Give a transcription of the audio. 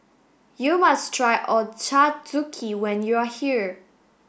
you must try Ochazuke when you are here